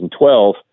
2012